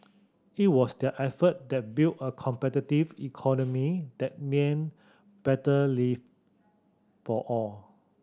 it was their effort that built a competitive economy that meant better live for all